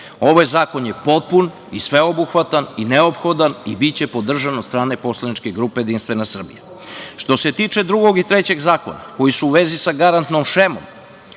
Ovaj zakon je potpun i sveobuhvatan i neophodan i biće podržan od strane Poslaničke grupe JS.Što se tiče drugog i trećeg zakona, koji su u vezi sa garantnom šemom,